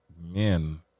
men